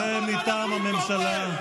נקמה, ואנחנו ננקום בהם.